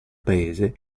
paese